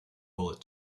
bullet